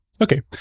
Okay